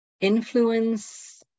influence